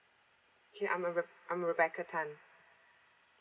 okay I'm uh re~ I'm uh rebecca tan